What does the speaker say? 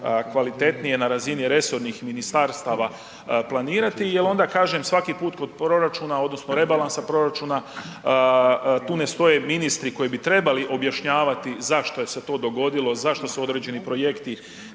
kvalitetnije na razini resornih ministarstava planirati jel onda kažem svaki put kod proračuna odnosno rebalansa proračuna tu ne stoje ministri koji bi trebali objašnjavati zašto se to dogodilo, zašto se određeni projekti